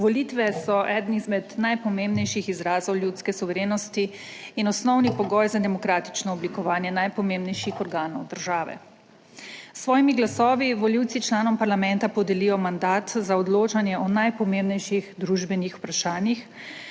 Volitve so eden izmed najpomembnejših izrazov ljudske suverenosti in osnovni pogoj za demokratično oblikovanje najpomembnejših organov države. S svojimi glasovi volivci članom parlamenta podelijo mandat za odločanje o najpomembnejših družbenih vprašanjih.